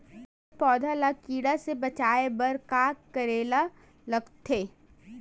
खिलत पौधा ल कीरा से बचाय बर का करेला लगथे?